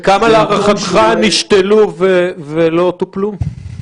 וכמה להערכתך נשתלו ולא טופלו?